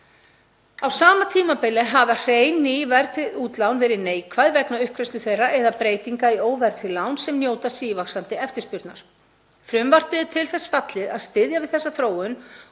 Á sama tímabili hafa hrein ný verðtryggð útlán verið neikvæð vegna uppgreiðslu þeirra eða breytinga í óverðtryggð lán sem njóta sívaxandi eftirspurnar. Frumvarpið er til þess fallið að styðja við þessa þróun